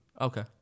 Okay